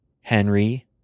Henry